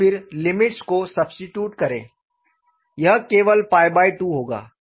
और फिर लिमिट्स को सबस्टिट्यूट करें यह केवल 2 होगा